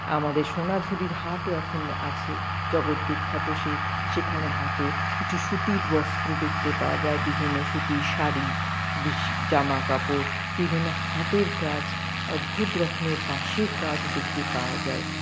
আমাদের সোনাঝুরির হাটও এখনো আছে জগৎ বিখ্যাত সেই সেখানে হাটে কিছু সুতির বস্ত্র দেখতে পাওয়া যায় বিভিন্ন সুতির শাড়ি বেশি জামাকাপড় বিভিন্ন হাতের কাজ অদ্ভুত রকমের বাঁশের কাজ দেখতে পাওয়া যায়